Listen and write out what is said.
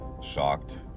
shocked